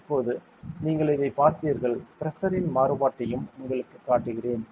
இப்போது நீங்கள் இதைப் பார்த்தீர்கள் பிரஷர் இன் மாறுபாட்டையும் உங்களுக்குக் காட்டுகிறேன்